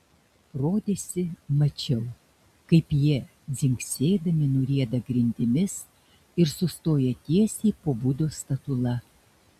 rodėsi mačiau kaip jie dzingsėdami nurieda grindimis ir sustoja tiesiai po budos statula